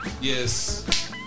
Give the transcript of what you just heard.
Yes